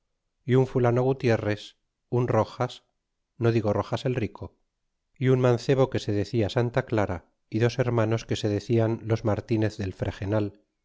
y un fulano gutierres un rojas no digo rojas el rico y un mancebo que se decia santa clara y dos hermanos que se decian los martinez del frexenal